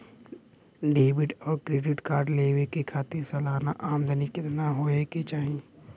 Debit और credit card लेवे के खातिर सलाना आमदनी कितना हो ये के चाही?